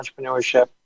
entrepreneurship